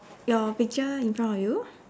your picture in front of you